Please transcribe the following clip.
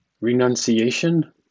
renunciation